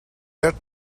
bert